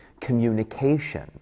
communication